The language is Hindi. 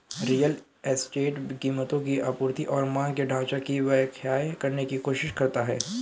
रियल एस्टेट कीमतों की आपूर्ति और मांग के ढाँचा की व्याख्या करने की कोशिश करता है